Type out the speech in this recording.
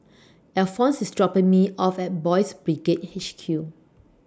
Alphons IS dropping Me off At Boys' Brigade H Q